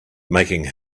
making